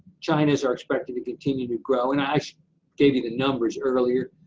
china's are expected to continue to grow, and i gave you the numbers earlier.